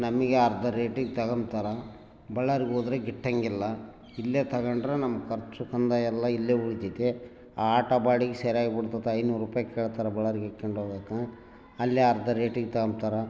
ನಮಗೆ ಅರ್ಧ ರೇಟಿಗೆ ತಗೋಂಬ್ತಾರ ಬಳ್ಳಾರಿಗೆ ಹೋದ್ರೆ ಗಿಟ್ಟೋಂಗಿಲ್ಲ ಇಲ್ಲೇ ತಗಂಡ್ರೆ ನಮ್ಗೆ ಖರ್ಚು ಕಂದಾಯ ಎಲ್ಲ ಇಲ್ಲೇ ಉಳಿತತೆ ಆ ಆಟಾ ಬಾಡಿಗೆ ಸರಿಯಾಗಿಬಿಡ್ತತೆ ಐನೂರು ರುಪಾಯಿ ಕೇಳ್ತಾರೆ ಬಳ್ಳಾರಿಗೆ ಹಾಕ್ಕೆಂಡ್ ಹೋಗಾಕ ಅಲ್ಲೇ ಅರ್ಧ ರೇಟಿಗೆ ತಗೋಂಬ್ತಾರ